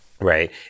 right